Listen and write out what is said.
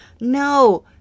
No